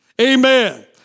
Amen